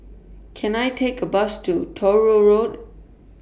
Can I Take A Bus to Truro Road